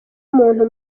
muntu